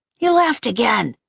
he laughed again.